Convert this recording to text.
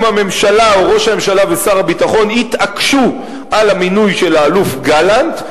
הממשלה או ראש הממשלה ושר הביטחון יתעקשו על המינוי של האלוף גלנט,